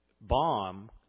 bomb